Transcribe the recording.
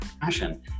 passion